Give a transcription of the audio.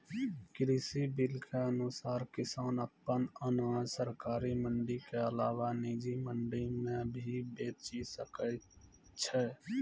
कृषि बिल के अनुसार किसान अप्पन अनाज सरकारी मंडी के अलावा निजी मंडी मे भी बेचि सकै छै